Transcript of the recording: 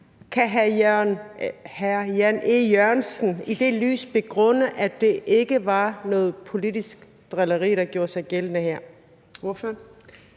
Kan hr. Jan E. Jørgensen i det lys begrunde, at det ikke var noget politisk drilleri, der gjorde sig gældende her?